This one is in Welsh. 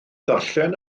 ddarllen